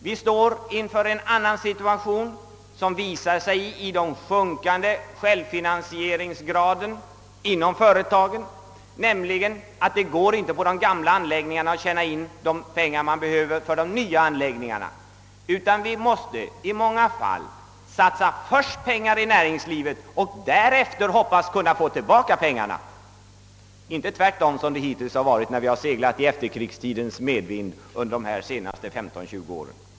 Vi har nu en annan ekonomisk situation med en avsevärt sänkt självfinansieringsgrad inom näringslivet. Det är inte längre möjligt att på de gamla anläggningarna tjäna in de pengar som behövs för nya anläggningar. Nu är det nödvändigt att först satsa pengar i näringslivet och sedan hoppas på att få tillbaka dem. Situationen är alltså en helt annan än den vi haft under de senaste 15 åa 20 åren när vi seglat i efterkrigstidens medvind.